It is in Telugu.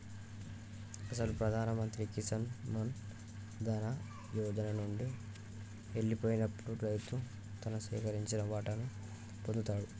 అసలు ప్రధాన మంత్రి కిసాన్ మాన్ ధన్ యోజన నండి ఎల్లిపోయినప్పుడు రైతు తను సేకరించిన వాటాను పొందుతాడు